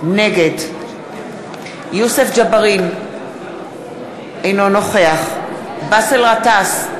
נגד יוסף ג'בארין, אינו נוכח באסל גטאס,